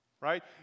right